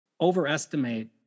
overestimate